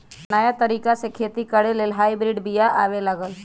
नयाँ तरिका से खेती करे लेल हाइब्रिड बिया आबे लागल